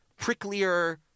pricklier